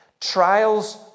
Trials